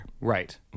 Right